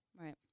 Right